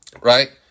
right